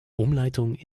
umleitung